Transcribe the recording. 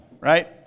right